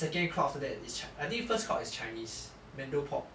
second crowd after that is chi~ I think first crowd is chinese mandopop